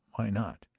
why not?